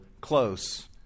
close